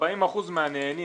40% מהנהנים